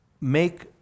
Make